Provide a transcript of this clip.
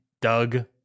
Doug